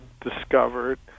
discovered